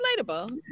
relatable